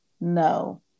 no